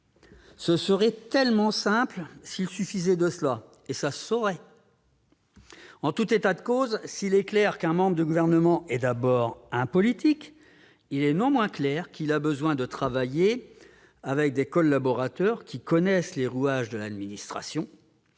Ce serait tellement simple si cela suffisait ! Et cela se saurait ... En tout état de cause, s'il est clair qu'un membre du Gouvernement est d'abord un politique, il est non moins clair qu'il a besoin de travailler avec des collaborateurs connaissant les rouages de l'administration.